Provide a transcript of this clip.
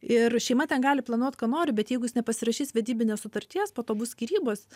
ir šeima ten gali planuot ką nori bet jeigu jis nepasirašys vedybinės sutarties po to bus skyrybos